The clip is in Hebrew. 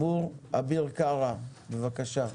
אביר קארה, בבקשה.